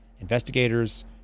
investigators